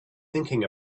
thinking